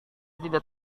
tidak